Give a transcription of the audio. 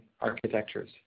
architectures